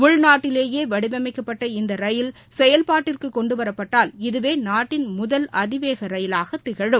உள்நாட்டிலேயே வடிவமைக்கப்பட்ட இந்த ரயில் செயல்பாட்டிற்கு கொண்டுவரப்பட்டால் இதுவே நாட்டின் முதல் அதிவேக ரயிலாக திகழும்